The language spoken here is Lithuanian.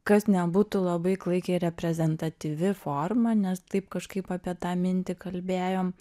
kas nebūtų labai klaikiai reprezentatyvi forma nes taip kažkaip apie tą mintį kalbėjom